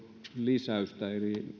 lisäystä